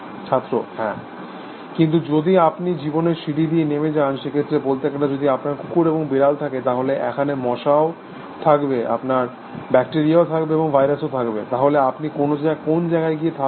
ছাত্র হ্যাঁ কিন্তু যদি আপনি জীবনের সিঁড়ি দিয়ে নেমে যান সেক্ষেত্রে বলতে গেলে যদি আপনার কুকুর এবং বেড়াল থাকে তাহলে এখানে মশাও থাকবে আপনার ব্যাকটেরিয়াও থাকবে এবং ভাইরাসও থাকবে তাহলে আপনি কোন জায়গায় গিয়ে থামবেন